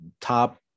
top